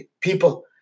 people